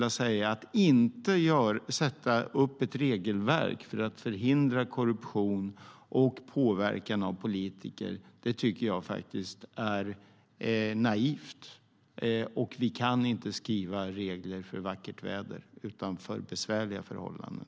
Att då inte sätta upp ett regelverk för att förhindra korruption och påverkan av politiker tycker jag faktiskt är naivt. Vi kan inte skriva regler för vackert väder, utan vi måste skriva dem för besvärliga förhållanden.